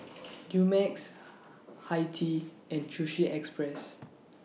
Dumex Hi Tea and Sushi Express